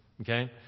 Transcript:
Okay